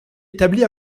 établis